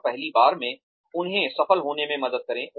और पहली बार में उन्हें सफल होने में मदद करें